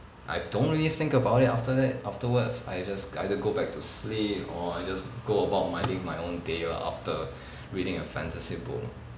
I don't really think about it after that afterwards I just either go back to sleep or I just go about minding my own day lah after reading a fantasy book